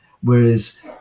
whereas